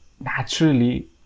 naturally